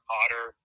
Potter